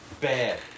bad